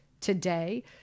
today